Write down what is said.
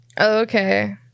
Okay